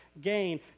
gain